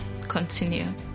continue